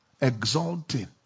exalting